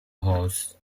hosts